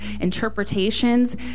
interpretations